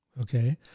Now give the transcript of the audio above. Okay